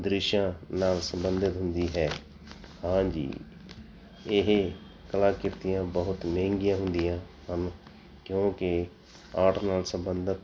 ਦ੍ਰਿਸ਼ਾਂ ਨਾਲ ਸੰਬੰਧਿਤ ਹੁੰਦੀ ਹੈ ਹਾਂਜੀ ਇਹ ਕਲਾ ਕਿਰਤੀਆਂ ਬਹੁਤ ਮਹਿੰਗੀਆਂ ਹੁੰਦੀਆਂ ਹਨ ਕਿਉਂਕਿ ਆਰਟ ਨਾਲ ਸੰਬੰਧਿਤ